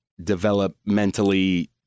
developmentally